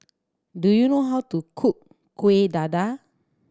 do you know how to cook Kuih Dadar